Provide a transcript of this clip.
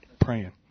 praying